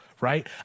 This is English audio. right